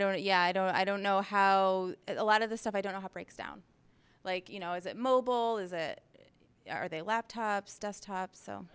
don't yeah i don't i don't know how a lot of the stuff i don't know how breaks down like you know is it mobile is it are they laptops desktops so